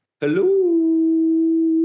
Hello